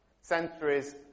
Centuries